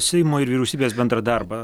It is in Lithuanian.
seimo ir vyriausybės bendrą darbą